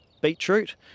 beetroot